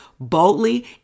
boldly